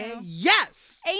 Yes